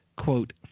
Quote